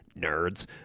nerds